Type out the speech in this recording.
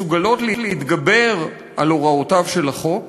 מסוגלות להתגבר על הוראותיו של החוק,